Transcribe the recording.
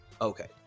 Okay